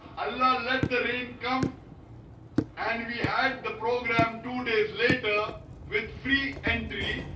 allah let the rain come and we had the program two days later with free entry.